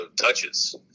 touches